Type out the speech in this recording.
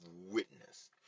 witness